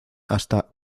hasta